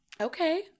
Okay